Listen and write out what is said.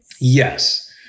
Yes